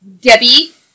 Debbie